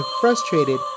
frustrated